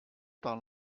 par